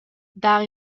dar